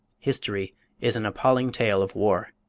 history is an appalling tale of war.